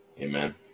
Amen